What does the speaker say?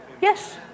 Yes